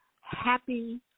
happy